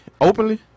Openly